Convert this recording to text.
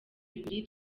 bibiri